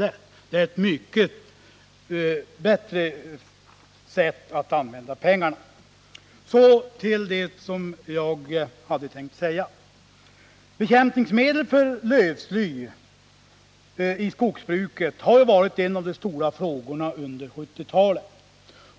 Det hade varit ett mycket bättre sätt att använda pengarna. Så till det som jag från början hade tänkt säga. Användandet av bekämpningsmedel för lövsly i skogsbruket har varit en av de stora frågorna under 1970-talet.